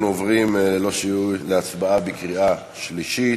אנחנו עוברים ללא שיהוי להצבעה בקריאה שלישית.